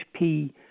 HP